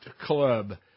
Club